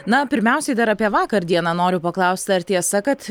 na pirmiausiai dar apie vakar dieną noriu paklausti ar tiesa kad